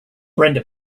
brenda